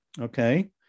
Okay